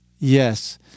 Yes